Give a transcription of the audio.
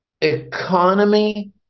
economy